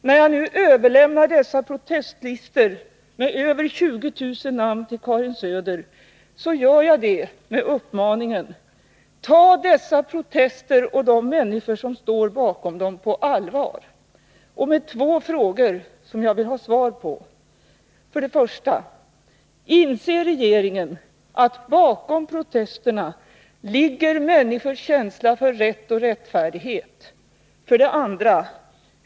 När jag nu överlämnar dessa protestlistor med över 20000 namn till Karin Söder, gör jag det med uppmaningen: Ta dessa protester och de människor som står bakom dem på allvar! Det är två frågor som jag vill ha svar på. 1. Inser regeringen att bakom protesterna ligger människors känsla för rätt och rättfärdighet? 2.